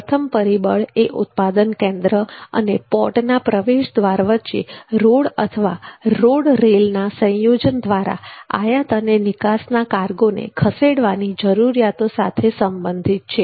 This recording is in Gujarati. પ્રથમ પરિબળ એ ઉત્પાદન કેન્દ્ર અને પોર્ટના પ્રવેશદ્વાર વચ્ચે રોડ અથવા રેલ રોડ ના સંયોજન દ્વારા આયાત અને નિકાસના કાર્ગોને ખસેડવાની જરૂરિયાતો સાથે સંબંધિત છે